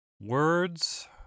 Words